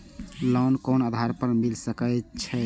Loan कोन आधार पर मिल सके छे?